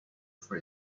for